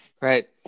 Right